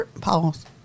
Pause